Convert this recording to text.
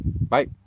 bye